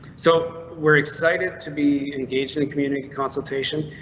so we're excited to be engaged in in community consultation.